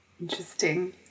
Interesting